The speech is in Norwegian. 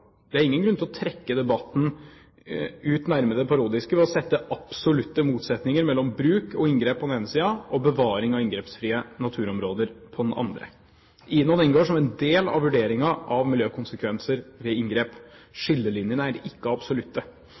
Det er ingen grunn til å trekke ut debatten nærmere det parodiske ved å sette absolutte motsetninger mellom bruk og inngrep på den ene siden og bevaring av inngrepsfrie naturområder på den andre. INON inngår som en del av vurderingen av miljøkonsekvenser ved inngrep. Skillelinjene er ikke absolutte.